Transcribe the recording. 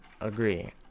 agree